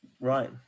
right